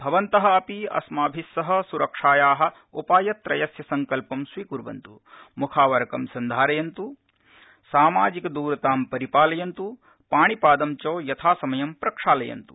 भवन्त अपि अस्माभि सह सुरक्षाया उपाय त्रयस्य सड़कल्पं स्वीकर्वन्त मुख आवरक सन्धारयन्त सामाजिक दुरतां पालयन्तु पाणि पाद च यथा समयं प्रक्षालयन्तु